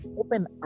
open